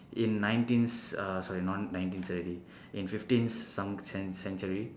in nineteens uh sorry not nineteens seventy in fifteens some cen~ century